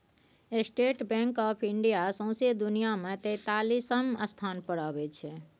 state Bank of India सौंसे दुनियाँ मे तेतालीसम स्थान पर अबै छै